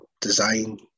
design